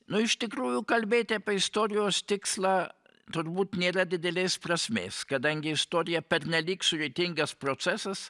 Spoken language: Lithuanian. nu iš tikrųjų kalbėti apie istorijos tikslą turbūt nėra didelės prasmės kadangi istorija pernelyg sudėtingas procesas